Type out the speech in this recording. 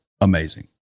amazing